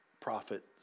prophet